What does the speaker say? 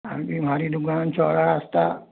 हाँ जी हमारी दुकान चौड़ा रास्ता